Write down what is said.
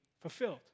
fulfilled